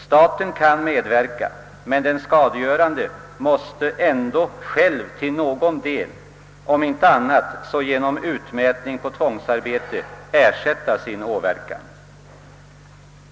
Staten kan medverka, men den skadegörande måste ändå själv till någon del, om inte annat så genom införsel av tvångsarbete, ersätta sin åverkan.